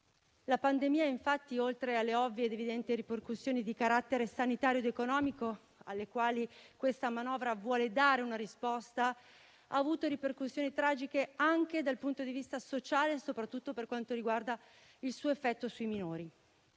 La pandemia infatti, oltre alle ovvie ed evidenti ripercussioni di carattere sanitario ed economico alle quali questa manovra vuole dare una risposta, ha avuto ripercussioni tragiche anche dal punto di vista sociale, soprattutto per quanto riguarda il suo effetto sui minori.